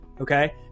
Okay